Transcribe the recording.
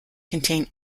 contain